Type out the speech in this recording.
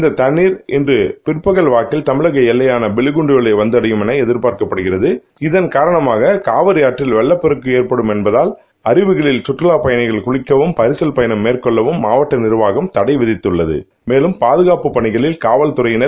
இந்த தண்ணீர் இன்று பிற்பகல் வாக்கில் தமிழக எல்லையான பில்லிகண்டலூர் வந்தடையும் என எதிர்பார்க்கப்படுகிறது இதன்காரணமாக காவிரி ஆற்றில் வெள்ளப்பெருக்கு எற்படும் என்பதால் அருவிகளில் கற்றலா பயனிகள் குளிக்கவும் பரிசலில் பயனம் மேற்கொள்ளவும் மாவட்ட நிர்வாகம் தடை விதித்துள்ளது மேலம் பாதுகாப்பு பணிகளில் காவல்தறையினர்